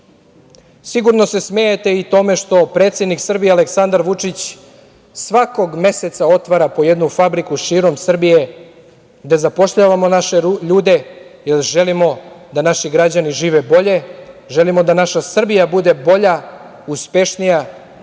se smejete i tome što predsednik Srbije Aleksandar Vučić svakog meseca otvara po jednu fabriku širom Srbije, gde zapošljavamo naše ljude, jer želimo da naši građani žive bolje, želimo da naša Srbija bude bolja, uspešnija,